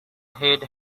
head